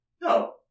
No